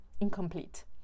incomplete